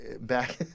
back